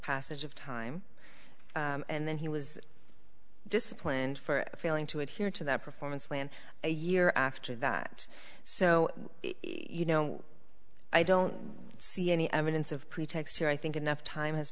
passage of time and then he was disciplined for failing to adhere to that performance plan a year after that so you know i don't see any evidence of pretext here i think enough time has